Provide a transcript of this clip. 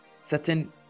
certain